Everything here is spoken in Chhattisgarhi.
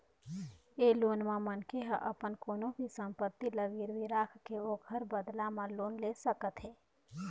ए लोन म मनखे ह अपन कोनो भी संपत्ति ल गिरवी राखके ओखर बदला म लोन ले सकत हे